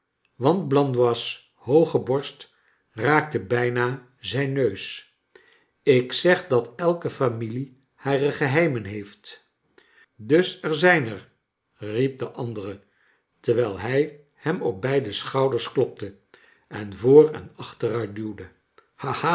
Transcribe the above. want blandois i hooge borst raakte bijna zijn neus j ik zeg dat elke familie hare geheimen heeft dus er zijn er riep de andere terwijl hij hem op beide schouders klopte en voor en achternit duwde